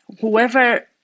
whoever